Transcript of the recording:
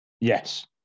Yes